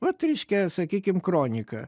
vat reiškia sakykim kronika